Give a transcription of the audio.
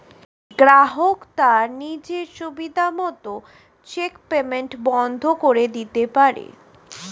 গ্রাহক তার নিজের সুবিধা মত চেক পেইমেন্ট বন্ধ করে দিতে পারে